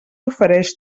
ofereix